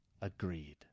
agreed